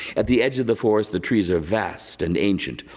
at the edge of the forest the trees are vast and ancient,